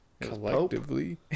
collectively